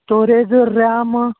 storage ram